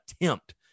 attempt